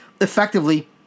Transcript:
effectively